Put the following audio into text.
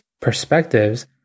perspectives